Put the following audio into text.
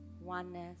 oneness